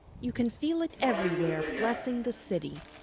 you can feel it everywhere, blessing the city.